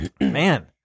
man